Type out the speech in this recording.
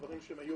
דברים שהיו